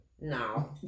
No